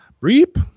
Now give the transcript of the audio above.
Reap